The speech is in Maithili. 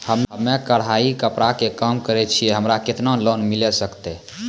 हम्मे कढ़ाई कपड़ा के काम करे छियै, हमरा केतना लोन मिले सकते?